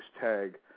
tag